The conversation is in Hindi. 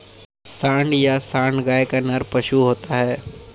सांड या साँड़ गाय का नर पशु होता है